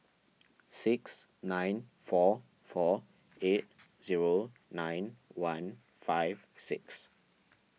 six nine four four eight zero nine one five six